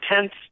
tense